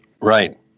Right